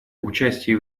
участия